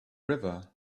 river